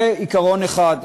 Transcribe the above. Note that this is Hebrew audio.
זה עיקרון אחד.